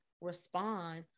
respond